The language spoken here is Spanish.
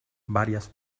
varias